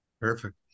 Perfect